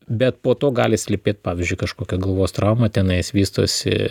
bet po to gali slypėt pavyzdžiui kažkokia galvos trauma tenai vystosi